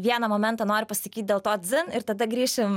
vieną momentą noriu pasakyt dėl to dzin ir tada grįšim